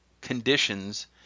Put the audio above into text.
conditions